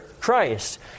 Christ